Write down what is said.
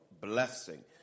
Blessing